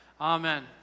Amen